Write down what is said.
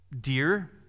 dear